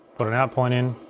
put an out point in.